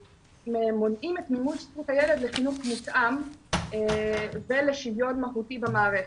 מונע את מימוש זכות הילד לחינוך מותאם ולשוויון מהותי במערכת.